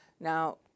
Now